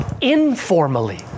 informally